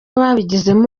ababigizemo